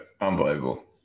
Unbelievable